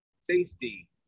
safety